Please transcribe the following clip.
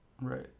Right